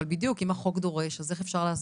אבל, בדיוק אם החוק דורש אז מה אפשר לעשות?